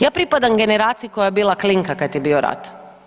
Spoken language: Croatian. Ja pripadam generacija koja je bila klinka kad je bio rat.